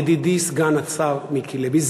ידידי סגן השר מיקי לוי.